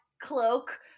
cloak